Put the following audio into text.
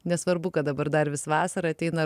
nesvarbu kad dabar dar vis vasara ateina